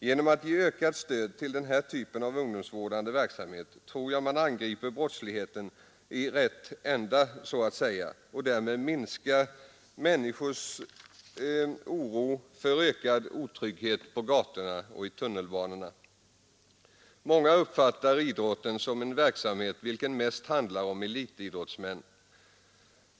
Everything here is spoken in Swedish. Genom att ge ökat stöd till den här typen av ungdomsvårdande verksamhet angriper man, tror jag, brottsligheten i rätt ända. Därmed minskar människors oro för ökad otrygghet på gatorna och i tunnelbanorna. Många uppfattar idrotten som en verksamhet vilken mest handlar om elitidrottsmän.